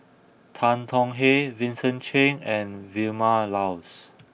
Tan Tong Hye Vincent Cheng and Vilma Laus